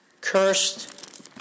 cursed